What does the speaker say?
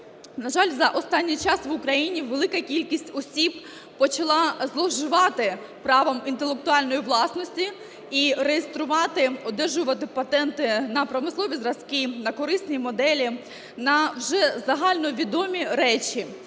На жаль, за останній час в Україні велика кількість осіб почала зловживати правом інтелектуальної власності і реєструвати, одержувати патенти на промислові зразки, на корисні моделі, на вже загальновідомі речі.